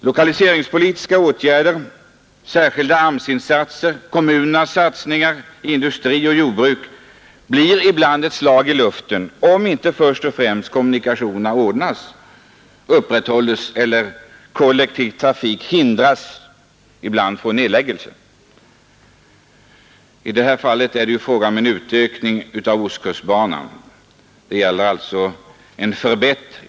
Lokaliseringspolitiska åtgärder, särskilda AMS-insatser, kommunernas satsningar samt satsningarna på industri och jordbruk blir lätt ett slag i luften, om inte kommunikationerna först och främst ordnas och upprätthålles eller kollektiv trafik ibland hindras från nedläggelse. I detta fall är det ju fråga om en utveckling och förlängning av ostkustbanan, alltså en förbättring.